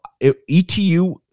ETU